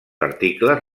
articles